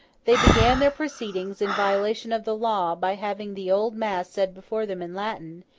they began their proceedings, in violation of the law, by having the old mass said before them in latin,